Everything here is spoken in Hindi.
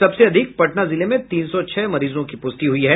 सबसे अधिक पटना जिले में तीन सौ छह मरीजों की पुष्टि हुई है